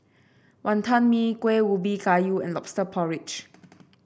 Wonton Mee Kueh Ubi Kayu and lobster porridge